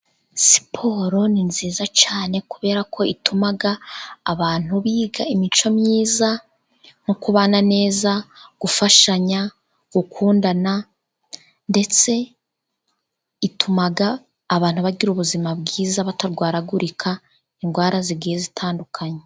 Siporo ni nziza cyane, kubera ko ituma abantu biga imico myiza: nko kubana neza, gufashanya, gukundana, ndetse ituma abantu bagira ubuzima bwiza batarwaragurika indwara zigiye zitandukanye.